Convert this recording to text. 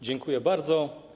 Dziękuję bardzo.